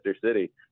City